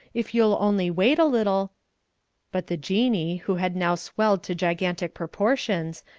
if you'll only wait a little but the jinnee, who had now swelled to gigantic proportions,